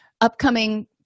upcoming